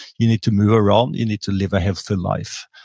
you need to move around. you need to live a healthy life.